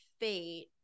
fate